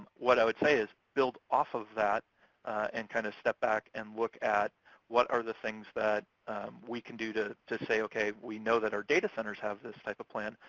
what i would say is build off of that and kinda step back and look at what are the things that we can do to to say, okay, we know that our data centers have this type of plan.